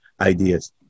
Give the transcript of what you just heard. ideas